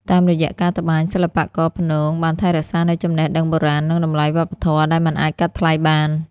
តាមរយៈការត្បាញ សិល្បករព្នងបានថែរក្សានូវចំណេះដឹងបុរាណនិងតម្លៃវប្បធម៌ដែលមិនអាចកាត់ថ្លៃបាន។